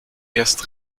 erst